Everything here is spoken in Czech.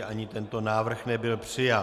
Ani tento návrh nebyl přijat.